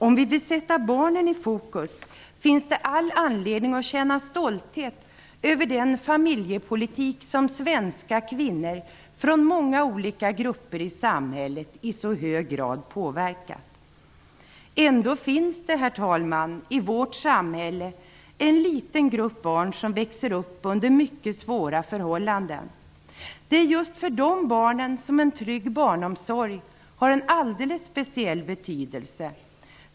Om vi vill sätta barnen i fokus finns det all anledning att känna stolthet över den familjepolitik som svenska kvinnor från många olika grupper i samhället i så hög grad har påverkat. Ändå finns det, herr talman, i vårt samhälle en liten grupp barn som växer upp under mycket svåra förhållanden. Det är just för dessa barn som en trygg barnomsorg har en alldeles speciell betydelse.